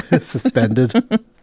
Suspended